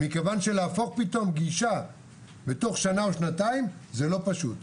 מכיוון שלהפוך פתאום גישה בתוך שנה או שנתיים זה לא פשוט.